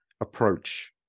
approach